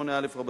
28א לחוק.